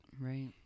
Right